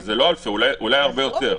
זה לא אלפי, אולי הרבה יותר.